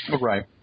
Right